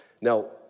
Now